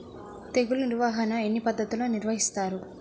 తెగులు నిర్వాహణ ఎన్ని పద్ధతులలో నిర్వహిస్తారు?